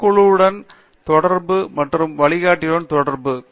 சக குழுவுடன் தொடர்பு மற்றும் வழிகாட்டியுடன் தொடர்பு